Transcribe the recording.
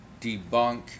debunk